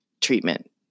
treatment